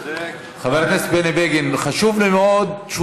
חבר הכנסת בני בגין, חשוב לו מאוד.